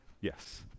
Yes